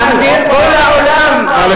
כל העולם, איפה אתה חי?